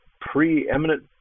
preeminent